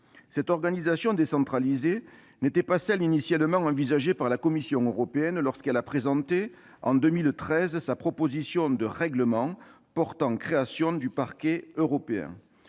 Cette organisation décentralisée n'était pas celle qui avait été envisagée par la Commission européenne lorsque celle-ci avait présenté, en 2013, sa proposition initiale de règlement portant création du Parquet européen.